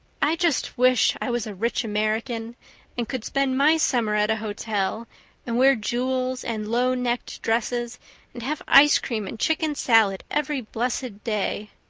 i just wish i was a rich american and could spend my summer at a hotel and wear jewels and low-necked dresses and have ice cream and chicken salad every blessed day.